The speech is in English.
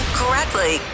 correctly